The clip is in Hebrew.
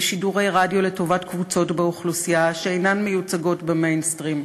לשידורי רדיו לטובת קבוצות באוכלוסייה שאינן מיוצגות ב"מיינסטרים".